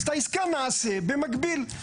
את העסקה נעשה במקביל.